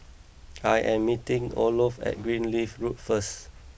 I am meeting Olof at Greenleaf Road first